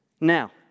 Now